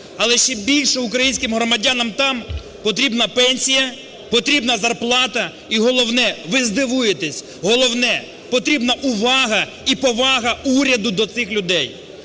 Але ще більше українським громадянам там потрібна пенсія, потрібна зарплата і, головне, ви здивуєтеся, головне потрібна увага і повага уряду до цих людей.